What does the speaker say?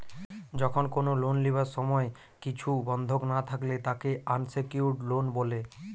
যখন কোনো লোন লিবার সময় কিছু বন্ধক না থাকলে তাকে আনসেক্যুরড লোন বলে